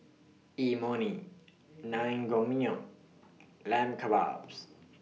Imoni Naengmyeon Lamb Kebabs